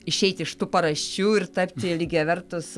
išeiti iš tų paraščių ir tapti lygiavertūs